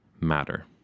matter